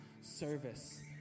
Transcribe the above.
service